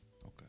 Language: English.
Okay